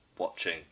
watching